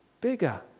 bigger